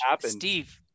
Steve